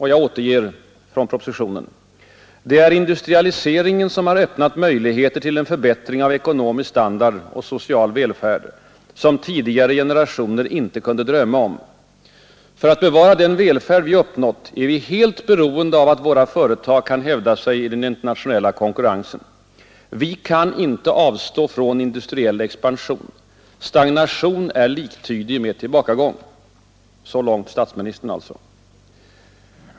Han framhöll i propositionen att ”industrialiseringen har öppnat möjligheter till en förbättring av ekonomisk standard och social välfärd som tidigare generationer inte kunde drömma om”. För att bevara den välfärd vi uppnått är vi ”helt beroende av att våra företag kan hävda sig i den internationella konkurrensen”. Vi kan inte ”avstå från industriell expansion. Stagnation är i verkligheten liktydig med tillbakagång.” Så långt statsministern.